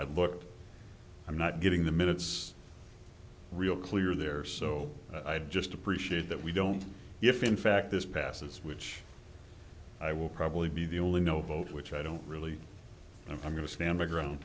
i look i'm not getting the minutes real clear there so i just appreciate that we don't if in fact this passes which i will probably be the only no vote which i don't really know i'm going to stand my ground